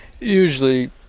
usually